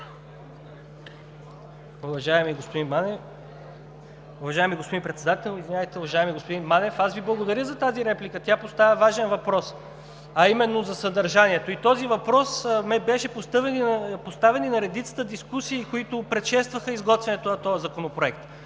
уважаеми господин Манев, благодаря Ви за тази реплика – тя поставя важен въпрос, а именно за съдържанието. Този въпрос беше поставен на редицата дискусии, които предшестваха изготвянето на този законопроект.